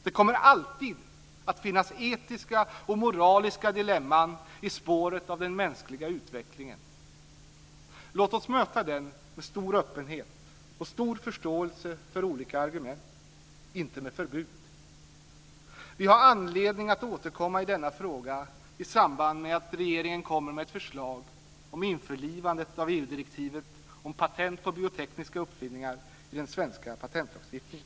Det kommer alltid att finnas etiska och moraliska dilemman i spåret av den mänskliga utvecklingen. Låt oss möta den med stor öppenhet och stor förståelse för olika argument, inte med förbud. Vi har anledning att återkomma i denna fråga i samband med att regeringen kommer med ett förslag om införlivandet av EU-direktivet om patent på biotekniska uppfinningar i den svenska patentlagstiftningen.